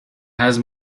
has